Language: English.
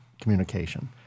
communication